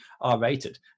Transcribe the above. R-rated